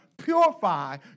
Purify